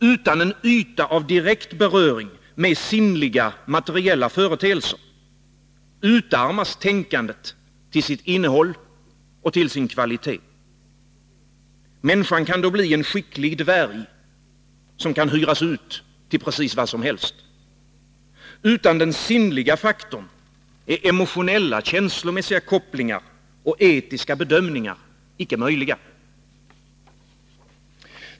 Utan en yta av direkt beröring med sinnliga, materiella företeelser utarmas tänkandet till sitt innehåll och till sin kvalitet. Människan kan då bli en skicklig dvärg, som kan hyras ut till precis vad som helst. Utan den sinnliga faktorn är emotionella, känslomässiga, kopplingar och etiska bedömningar icke möjliga.